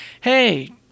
hey